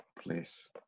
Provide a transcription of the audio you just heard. please